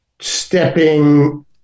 stepping